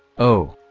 oh.